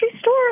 store